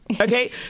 Okay